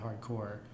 hardcore